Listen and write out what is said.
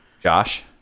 Josh